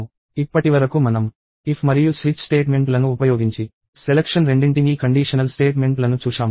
ఇప్పటివరకు మనం if మరియు స్విచ్ స్టేట్మెంట్లను ఉపయోగించి సెలక్షన్ రెండింటినీ షరతులతో కూడిన స్టేట్మెంట్లను చూశాము